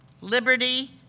liberty